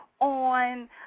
on